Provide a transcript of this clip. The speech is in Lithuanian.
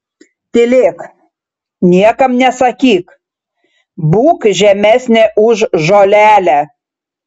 tylėk niekam nesakyk būk žemesnė už žolelę